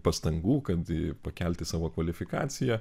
pastangų kad pakelti savo kvalifikaciją